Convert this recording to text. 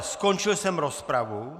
Skončil jsem rozpravu.